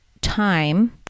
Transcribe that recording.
time